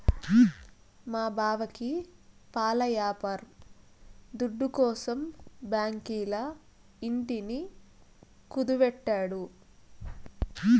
మా బావకి పాల యాపారం దుడ్డుకోసరం బాంకీల ఇంటిని కుదువెట్టినాడు